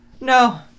No